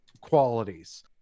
qualities